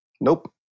Nope